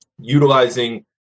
utilizing